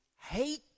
hate